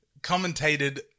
commentated